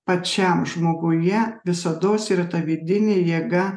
pačiam žmoguje visados yra ta vidinė jėga